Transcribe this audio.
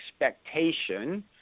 expectation